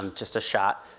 um just a shot,